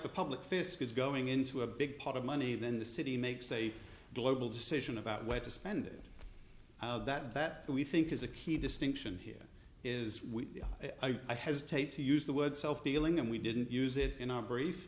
the public fisc is going into a big pot of money then the city makes a global decision about where to spend it that that we think is a key distinction here is we i hesitate to use the word self healing and we didn't use it in our brief